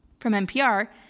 from npr,